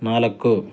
ನಾಲ್ಕು